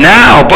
now